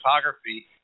photography